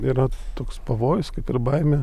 yra toks pavojus kaip ir baimė